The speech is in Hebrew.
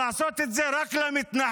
אבל לעשות את זה רק עבור מתנחלים,